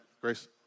Grace